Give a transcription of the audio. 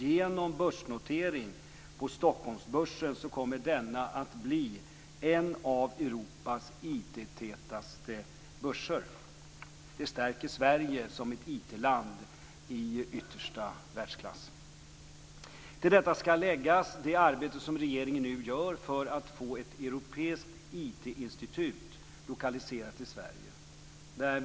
Genom börsnotering på Stockholmsbörsen kommer den att bli en av Europas IT-tätaste börser. Det stärker Sverige som ett IT-land i yttersta världsklass. Till detta skall läggas det arbete som regeringen nu gör för att få ett europeiskt IT-institut lokaliserat till Sverige.